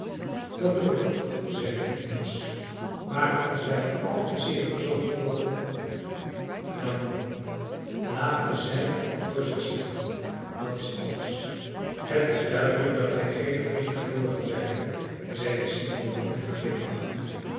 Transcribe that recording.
dat doe ik ook zeide phineas maar als wij al te zeer verzocht worden welnu laten zij voor zich zien dat is alles het is duidelijk dat gij geen vriend geboren zijt zeide simeon met een glimlach